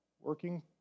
working